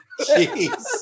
Jeez